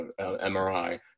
MRI